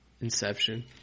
Inception